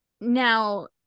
now